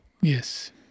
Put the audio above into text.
Yes